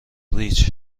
ریچ